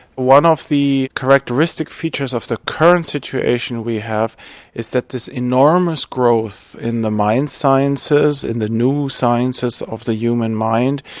one of the characteristic features of the current situation we have is that this enormous growth in the mind sciences, in the new sciences of the human mind,